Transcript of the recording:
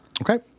Okay